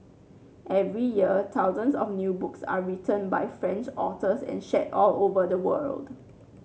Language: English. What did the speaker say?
every year thousands of new books are written by French authors and shared all over the world